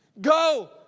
Go